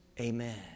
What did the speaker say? amen